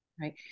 Right